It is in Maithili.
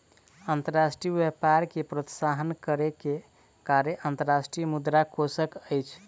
अंतर्राष्ट्रीय व्यापार के प्रोत्साहन करै के कार्य अंतर्राष्ट्रीय मुद्रा कोशक अछि